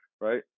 right